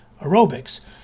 aerobics